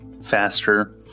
faster